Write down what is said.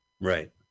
Right